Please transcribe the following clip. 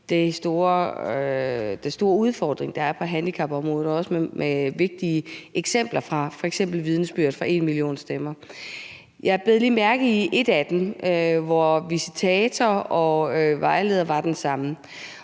den store udfordring, der er på handicapområdet, og også vigtige eksempler på vidnesbyrd fra #enmillionstemmer. Jeg bed lige mærke i et af dem, hvor visitator og vejleder var den samme,